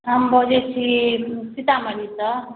हम बजै छी सीतामढ़ीसँ